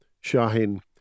Shahin